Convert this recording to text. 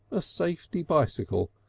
a safety bicycle,